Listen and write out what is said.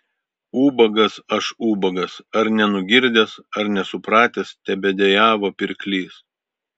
ubagas aš ubagas ar nenugirdęs ar nesupratęs tebedejavo pirklys